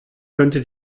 könnte